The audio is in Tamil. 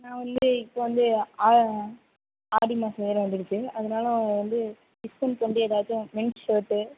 நான் வந்து இப்போ வந்து ஆடி மாதம் வேறு வந்துருச்சு அதனால் வந்து டிஸ்கவுண்ட்ஸ் வந்து எதாச்சும் மென்ஸ் ஷர்ட்டு